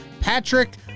Patrick